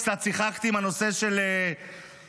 קצת שיחקתי עם הנושא של הגימטרייה,